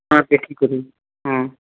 ହଁ ଦେଖିକରି ହଁ